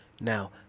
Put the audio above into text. Now